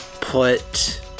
put